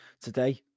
today